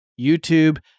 YouTube